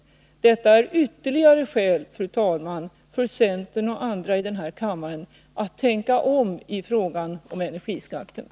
Detta är ytterligare skäl, fru talman, för centern och andra här i kammaren att tänka om i frågan om energiskatterna.